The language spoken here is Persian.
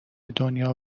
دنیا